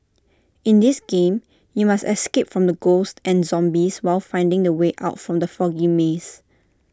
in this game you must escape from the ghosts and zombies while finding the way out from the foggy maze